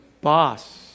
boss